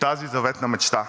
тази заветна мечта,